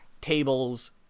tables